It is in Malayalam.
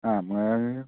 ആ അങ്ങനാണെങ്കിൽ